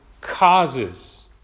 causes